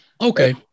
okay